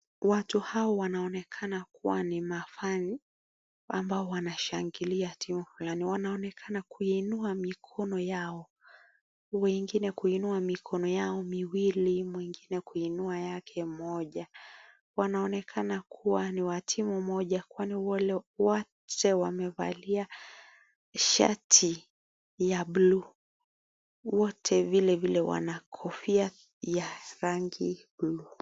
Watu hawa wanaonekana kuwa ni ma fun ambao wanashangilia timu fulani. Wanaonekana kuiinua mikono yao wengine kuiinua mikono yao miwili mwingine kuinua yake moja. Wanaonekana kuwa ni wa timu moja kwani wote wamevalia shati ya buluu wote vile vile wana kofia ya rangi buluu.